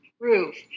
proof